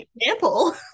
example